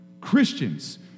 Christians